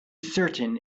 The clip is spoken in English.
certain